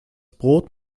brot